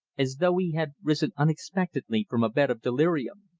as though he had risen unexpectedly from a bed of delirium.